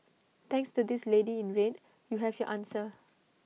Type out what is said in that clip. thanks to this lady in red you have your answer